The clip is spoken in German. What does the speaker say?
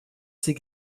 sie